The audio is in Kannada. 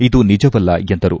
ಇದು ನಿಜವಲ್ಲ ಎಂದರು